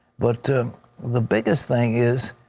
but to the biggest thing is,